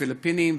הפיליפינים,